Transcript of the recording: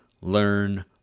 learn